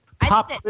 Pop